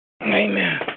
Amen